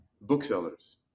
Booksellers